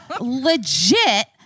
legit